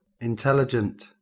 Intelligent